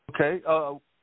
Okay